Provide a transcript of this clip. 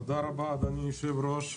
תודה רבה, אדוני היושב ראש.